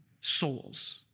Souls